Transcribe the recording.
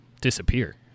disappear